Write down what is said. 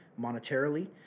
monetarily